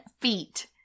feet